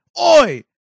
oi